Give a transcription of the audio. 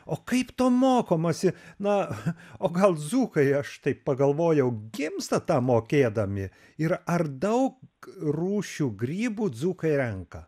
o kaip to mokomasi na o gal dzūkai aš taip pagalvojau gimsta mokėdami ir ar daug rūšių grybų dzūkai renka